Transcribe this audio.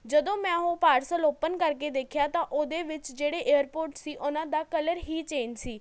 ਜਦੋਂ ਮੈਂ ਉਹ ਪਾਰਸਲ ਓਪਨ ਕਰਕੇ ਦੇਖਿਆ ਤਾਂ ਉਹਦੇ ਵਿੱਚ ਜਿਹੜੇ ਏਅਰਪੋਰਟਸ ਸੀ ਉਹਨਾਂ ਦਾ ਕਲਰ ਹੀ ਚੇਂਜ਼ ਸੀ